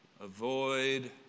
Avoid